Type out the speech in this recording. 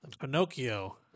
Pinocchio